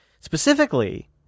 specifically